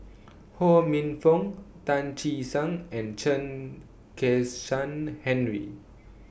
Ho Minfong Tan Che Sang and Chen Kezhan Henri